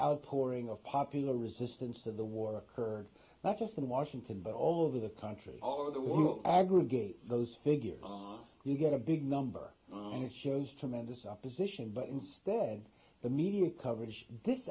outpouring of popular resistance to the war occurred not just in washington but all over the country all over the world aggregate those figures on to get a big number and it shows to mendis opposition but instead the media coverage this